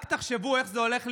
רק תחשבו איך זה הולך להיראות: